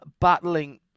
battling